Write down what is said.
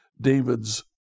David's